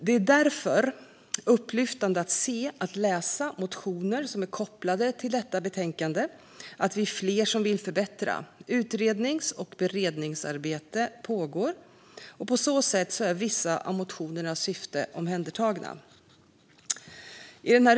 Det är upplyftande att läsa motioner som är kopplade till detta betänkande och se att vi är flera som vill förbättra. Utrednings och beredningsarbete pågår, och på så sätt är vissa av motionernas syften omhändertagna.